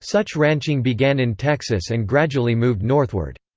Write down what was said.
such ranching began in texas and gradually moved northward.